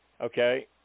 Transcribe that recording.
Okay